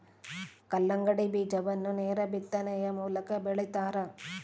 ಕಲ್ಲಂಗಡಿ ಬೀಜವನ್ನು ನೇರ ಬಿತ್ತನೆಯ ಮೂಲಕ ಬೆಳಿತಾರ